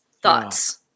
thoughts